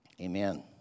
amen